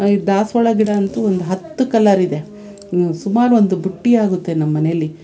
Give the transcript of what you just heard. ಈ ದಾಸವಾಳ ಗಿಡ ಅಂತೂ ಒಂದು ಹತ್ತು ಕಲ್ಲರಿದೆ ಸುಮಾರು ಒಂದು ಬುಟ್ಟಿ ಆಗುತ್ತೆ ನಮ್ಮ ಮನೆಲ್ಲಿ